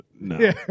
No